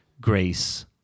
grace